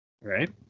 Right